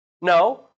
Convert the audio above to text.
No